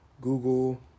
Google